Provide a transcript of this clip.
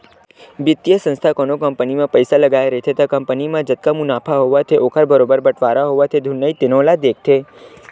बित्तीय संस्था कोनो कंपनी म पइसा लगाए रहिथे त कंपनी म जतका मुनाफा होवत हे ओखर बरोबर बटवारा होवत हे धुन नइ तेनो ल देखथे